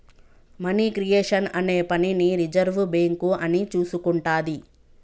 money creation అనే పనిని reserve bank అని చూసుకుంటాది